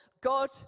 God